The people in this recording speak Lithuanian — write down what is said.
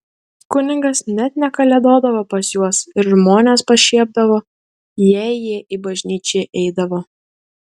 kunigas net nekalėdodavo pas juos ir žmonės pašiepdavo jei jie į bažnyčią eidavo